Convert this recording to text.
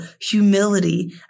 humility